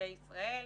לנתיבי ישראל.